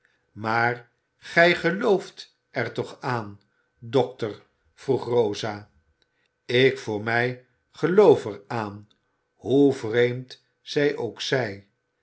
maar gij gelooft er toch aan dokter vroeg rosa ik voor mij geloof er aan hoe vreemd zij ook zij